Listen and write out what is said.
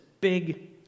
big